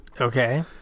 Okay